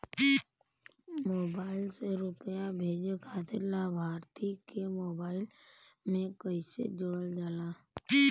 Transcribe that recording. Mobile से रूपया भेजे खातिर लाभार्थी के मोबाइल मे कईसे जोड़ल जाला?